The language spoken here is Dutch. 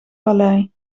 vallei